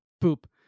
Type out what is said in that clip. poop